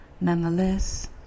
Nonetheless